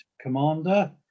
commander